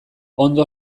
ondo